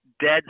dead